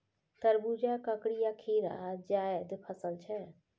तरबुजा, ककरी आ खीरा जाएद फसल छै